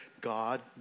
God